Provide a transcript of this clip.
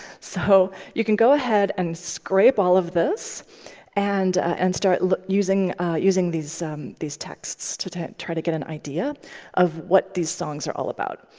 so you can go ahead and scrape all of this and and start using using these these texts to to try to get an idea of what these songs are all about.